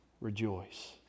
rejoice